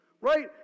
Right